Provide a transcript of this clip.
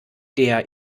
der